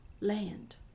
land